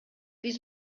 биз